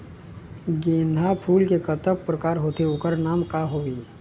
गेंदा फूल के कतेक प्रकार होथे ओकर नाम का हवे?